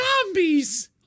zombies